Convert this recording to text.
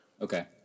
Okay